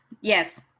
yes